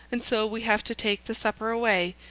and so we have to take the supper away,